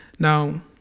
Now